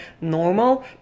normal